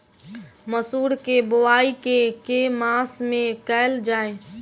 मसूर केँ बोवाई केँ के मास मे कैल जाए?